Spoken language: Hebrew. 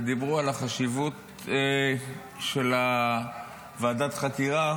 ודיברו על החשיבות של ועדת החקירה,